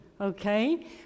okay